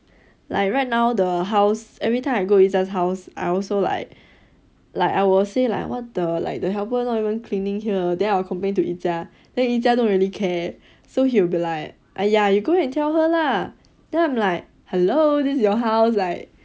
like right now the house every time I go house I also like like I will say like what the like the helper not even cleaning here then I will complain to yi jia then yi jia don't really care so he will be like !aiya! you go and tell her lah then I'm like hello this is your house like